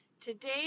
today